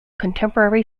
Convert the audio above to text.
contemporary